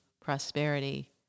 prosperity